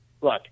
look